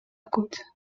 côte